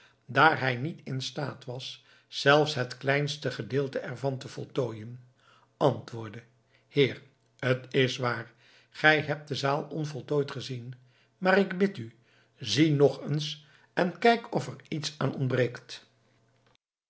daar hij niet in staat was zelfs het kleinste deel ervan te voltooien antwoordde heer t is waar gij hebt de zaal onvoltooid gezien maar ik bid u zie nog eens en kijk of er iets aan ontbreekt